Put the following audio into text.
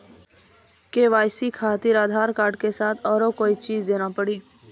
KYC खातिर आधार के साथ औरों कोई चीज देना पड़ी?